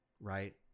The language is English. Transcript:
Right